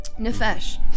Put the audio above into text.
Nefesh